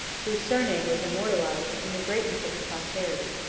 whose surname was immortalized in the greatness of his posterity.